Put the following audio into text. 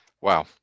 Wow